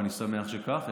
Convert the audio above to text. ואני שמח שכך,